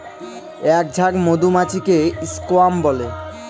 এক ঝাঁক মধুমাছিকে স্বোয়াম বলে